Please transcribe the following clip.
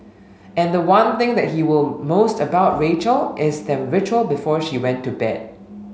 and the one thing that he will most about Rachel is their ritual before she went to bed